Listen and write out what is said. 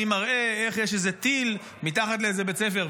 אני מראה איך יש איזה טיל מתחת לאיזה בית ספר,